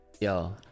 Yo